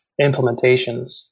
implementations